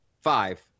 five